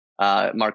Mark